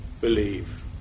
believe